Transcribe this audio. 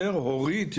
יותר הורית,